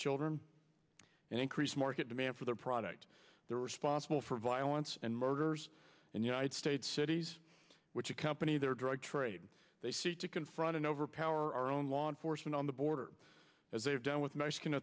children and increase market demand for their product they're responsible for violence and murders and united states cities which accompany their drug trade they seek to confront and overpower our own law enforcement on the border as they have done with m